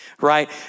right